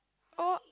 oh